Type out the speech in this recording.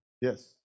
Yes